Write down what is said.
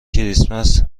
کریسمس